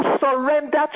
surrender